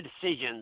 decisions